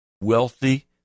wealthy